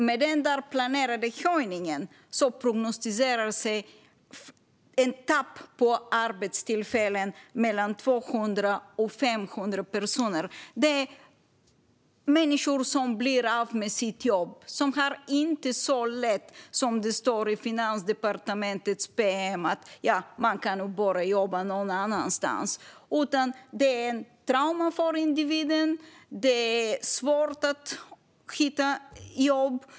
Med den planerade höjningen prognosticeras ett tapp på arbetstillfällen med mellan 200 och 500 personer. Det handlar om människor som blir av med sitt jobb och som inte har så lätt att börja jobba någon annanstans, vilket de i Finansdepartementets pm föreslås göra. Det här utgör ett trauma för individen. Det är svårt att hitta jobb.